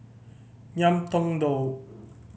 Ngiam Tong Dow